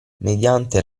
mediante